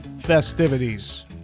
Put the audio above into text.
festivities